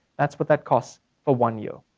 that's what that costs for one year,